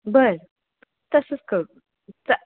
बरं तसंच करू त